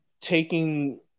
taking